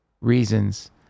reasons